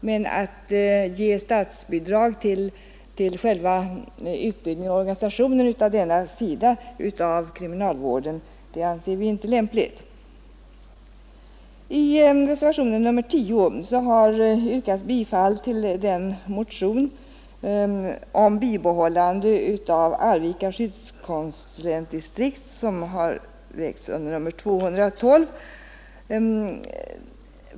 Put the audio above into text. Men att ge statsbidrag till själva utbildningen och organisationen av denna sida av kriminalvården anser vi inte lämpligt. I reservationen 10 har yrkats bifall till motionen 212 om bibehållande av Arvika skyddskonsulentdistrikt.